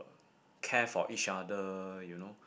care for each other you know